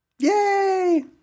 Yay